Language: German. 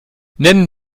nennen